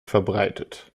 verbreitet